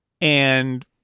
And-